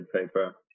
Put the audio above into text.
paper